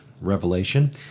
revelation